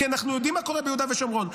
כי אנחנו יודעים מה קורה ביהודה ושומרון,